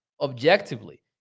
objectively